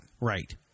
Right